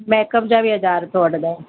makeup जा बि हज़ार रुपियो वठंदा आहियूं